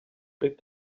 flick